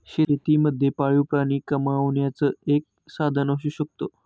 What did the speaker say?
शेती मध्ये पाळीव प्राणी कमावण्याचं एक साधन असू शकतो